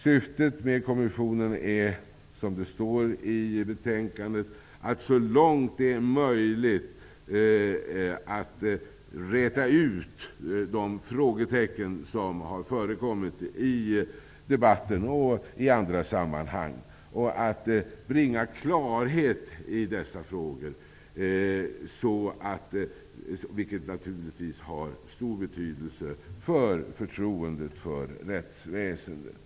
Syftet med kommissionen är, som det står i betänkandet, att så långt det är möjligt, räta ut de frågetecken som har förekommit i debatten och i andra sammanhang och att bringa klarhet i dessa frågor, vilket naturligtvis har stor betydelse för förtroendet för rättsväsendet.